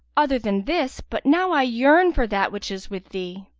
other than this, but now i yearn for that which is with thee.